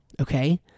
okay